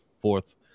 fourth